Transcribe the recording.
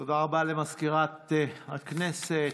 תודה רבה למזכירת הכנסת.